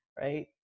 right